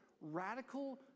radical